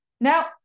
Now